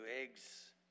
Eggs